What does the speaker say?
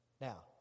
Now